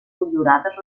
motllurades